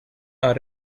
are